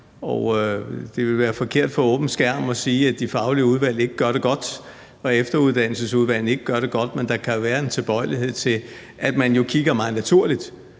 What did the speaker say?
Det ville være forkert for åben skærm at sige, at de faglige udvalg ikke gør det godt, og at efteruddannelsesudvalgene ikke gør det godt, men der kan jo være en tilbøjelighed til – meget naturligt